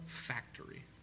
factory